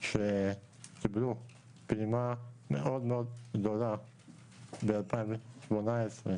שקיבלו פעימה מאוד מאוד גדולה ב-2018.